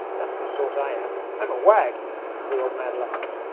that's the sort i am! i'm a wag and the old man laughed.